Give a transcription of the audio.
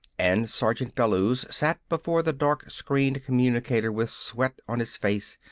and sergeant bellews sat before the dark-screened communicator with sweat on his face,